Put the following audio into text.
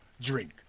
drink